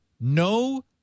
no